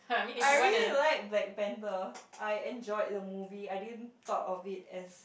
I really like Black-Panther I enjoyed the movie I didn't thought of it as